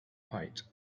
height